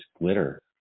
glitter